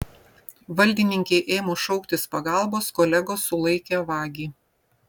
valdininkei ėmus šauktis pagalbos kolegos sulaikė vagį